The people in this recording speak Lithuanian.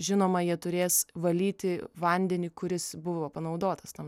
žinoma jie turės valyti vandenį kuris buvo panaudotas tam